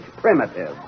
primitive